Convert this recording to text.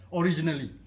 originally